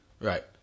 Right